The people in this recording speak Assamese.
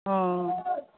অ